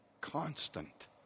constant